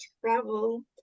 Travel